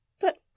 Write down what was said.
But